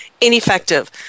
ineffective